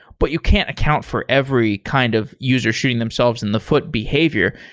but you can't account for every kind of user shooting themselves in the foot behavior.